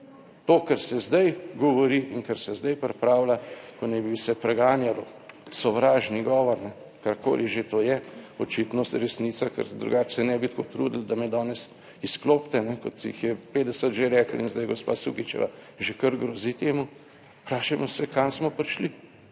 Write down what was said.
To kar se zdaj govori in kar se zdaj pripravlja, ko naj bi se preganjalo sovražni govor, karkoli že to je, očitno resnica, ker drugače se ne bi tako trudili, da me danes izklopite, kot si jih je 50 že reklo in zdaj gospa Sukičeva že kar grozi temu, vprašajmo se kam smo prišli.